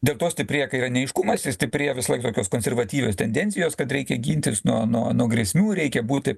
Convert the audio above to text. dėl to stiprėja kai yra neaiškumas ir stiprėja visąlaik tokios konservatyvios tendencijos kad reikia gintis nuo nuo nuo grėsmių reikia būti